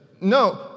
No